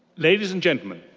ladies and gentlemen,